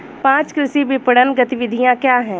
पाँच कृषि विपणन गतिविधियाँ क्या हैं?